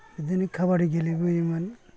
बिदिनो खाबादि गेलेबोयोमोन